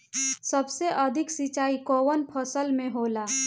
सबसे अधिक सिंचाई कवन फसल में होला?